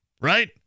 right